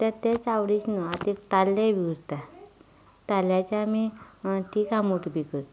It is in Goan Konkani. तेंच तेंच आवडीचें न्हू आतां ताल्ले बी उरता ताल्ल्याचें आमी तीक आंबट बी करता